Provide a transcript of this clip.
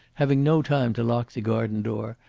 having no time to lock the garden door,